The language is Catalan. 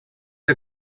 que